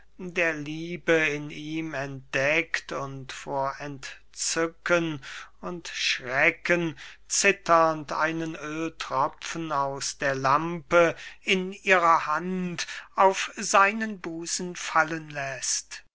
der liebe in ihm entdeckt und vor entzücken und schrecken zitternd einen öhltropfen aus der lampe in ihrer hand auf seinen busen fallen läßt